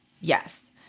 Yes